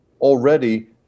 already